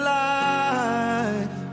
life